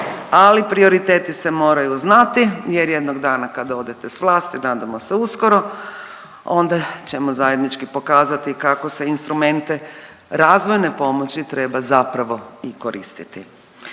ali prioriteti se moraju znati jer jednog dana kada odete s vlasti, nadamo se uskoro, onda ćemo zajednički pokazati kako se instrumente razvojne pomoći treba zapravo i koristiti.